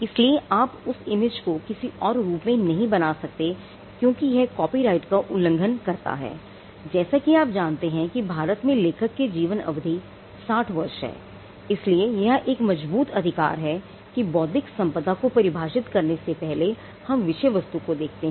इसलिए आप उस इमेज को किसी और रूप में नहीं बना सकते क्योंकि यह कॉपीराइट का उल्लंघन करता है और जैसा कि आप जानते हैं कि भारत में लेखक की जीवन अवधि 60 वर्ष है इसलिए यह एक मजबूत अधिकार है कि बौद्धिक संपदा को परिभाषित करने से पहले हम विषय वस्तु को देखते हैं